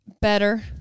better